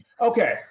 Okay